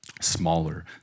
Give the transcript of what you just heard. smaller